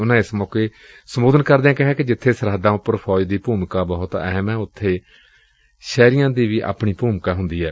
ਉਨੂਾ ਏਸ ਮੌਕੇ ਸੰਬੋਧਨ ਕਰਦਿਆਂ ਕਿਹਾ ਕਿ ਜਿੱਥੇ ਸਰਹੱਦਾਂ ਉਪਰ ਫੌਜ ਦੀ ਭੂਮਿਕਾ ਬਹੁਤ ਅਹਿਮ ਏ ਉਸੇ ਤਰੁਾਂ ਸ਼ਹਿਰੀਆਂ ਦੀ ਵੀ ਆਪਣੀ ਭੁਮਿਕਾ ਏ